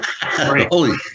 Holy